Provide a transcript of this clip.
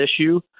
issue